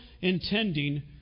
intending